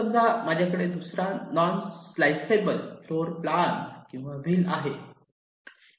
समजा माझ्याकडे दुसरा नॉन स्लाइसेसबल फ्लोअर प्लान किंवा व्हील आहे